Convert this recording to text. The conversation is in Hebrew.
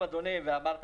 נועם.